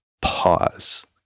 pause